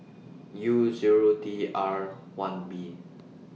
U Zero D R one B